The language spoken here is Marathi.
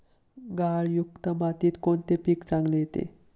गाळयुक्त मातीत कोणते पीक चांगले येते?